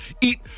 eat